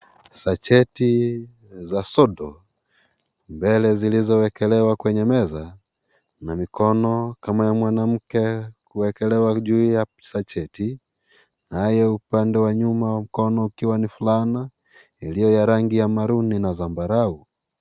Sacheti za sodo mbele zilizowekelewa kwenye meza na mikono kama ya mwanamke kuwekelewa juu ya sacheti nayo upande wa nyuma mkono ukiwa ni fulana iliyo ya rangi ya maruni na zambarao.